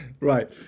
Right